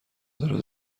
داره